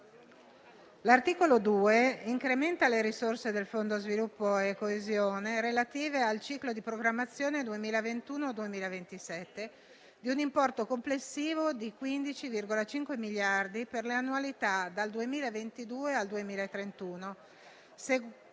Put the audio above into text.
l'articolo 2 incrementa le risorse del Fondo per lo sviluppo e la coesione (FSC) relative al ciclo di programmazione 2021-2027 di un importo complessivo di 15,5 miliardi per le annualità dal 2022 al 2031,